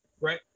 Right